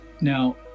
Now